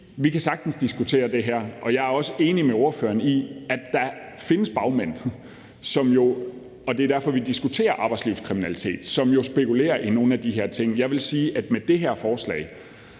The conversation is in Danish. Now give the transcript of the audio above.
at vi sagtens kan diskutere det her, og jeg er også enig med ordføreren i, at der jo findes bagmænd – det er derfor, vi diskuterer arbejdslivskriminalitet – som spekulerer i nogle af de her ting. Jeg vil sige, at med det her forslag,